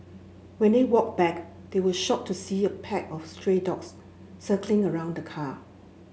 when they walked back they were shocked to see a pack of stray dogs circling around the car